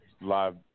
Live